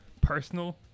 personal